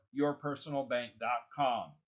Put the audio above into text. yourpersonalbank.com